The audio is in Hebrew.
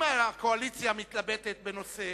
אם הקואליציה מתלבטת בנושא,